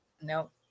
no